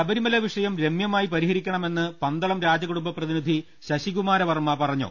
ശബരിമല വിഷയം ർമ്യമായി പരിഹരിക്കണമെന്ന് പന്തളം രാജ കുടുംബ പ്രതിനിധി ശശികുമാര വർമ പറഞ്ഞു